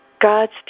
God's